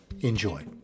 Enjoy